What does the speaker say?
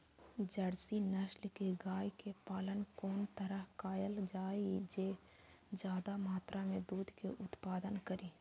Jersey नस्ल के गाय के पालन कोन तरह कायल जाय जे ज्यादा मात्रा में दूध के उत्पादन करी?